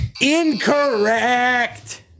Incorrect